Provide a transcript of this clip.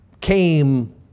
came